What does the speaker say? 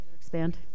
expand